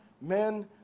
men